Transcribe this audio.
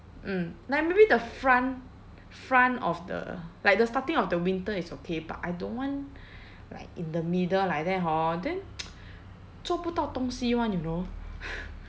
mm like maybe the front front of the like the starting of the winter is okay but I don't want like in the middle like that hor then 做不到东西 [one] you know